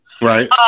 right